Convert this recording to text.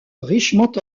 richement